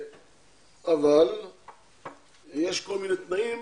אבל יש כל מיני תנאים